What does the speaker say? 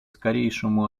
скорейшему